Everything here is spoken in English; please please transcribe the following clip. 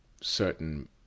certain